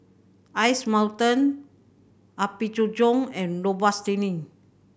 Ice Mountain Apgujeong and Robitussin